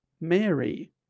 Mary